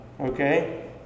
okay